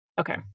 Okay